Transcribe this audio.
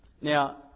Now